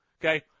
Okay